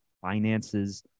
finances